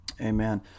Amen